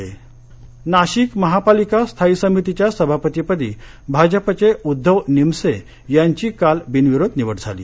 निवड नाशिक नाशिक महापालिका स्थायी समितीच्या सभापतिपदी भाजपचे उद्धव निमसे यांची काल बिनविरोध निवड झाली